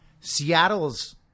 Seattle's